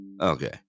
Okay